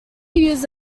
used